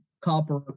copper